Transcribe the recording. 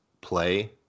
play